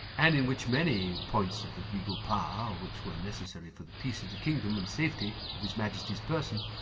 and in which many points of the regal power which were necessary for the peace of the kingdom, and safety of his majesty's person,